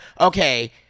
okay